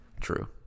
True